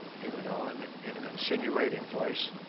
he went on in an insinuating voice.